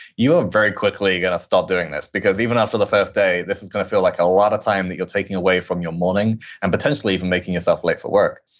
you are very quickly going to stop doing this. because even after the first day, this is going to feel like a lot of time that you're taking away from your morning and potentially even making yourself late for work.